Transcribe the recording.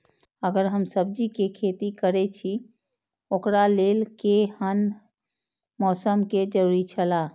अगर हम सब्जीके खेती करे छि ओकरा लेल के हन मौसम के जरुरी छला?